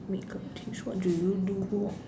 makeup tips what did you do who